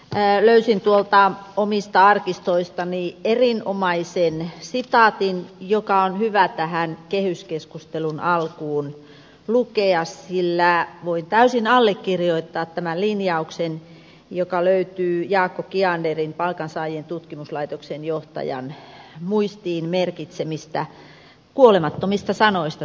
löysin tuolta omista arkistoistani erinomaisen sitaatin joka on hyvä tässä kehyskeskustelussa lukea sillä voin täysin allekirjoittaa tämän linjauksen joka löytyy jaakko kianderin palkansaajien tutkimuslaitoksen johtajan muistiin merkitsemistä kuolemattomista sanoista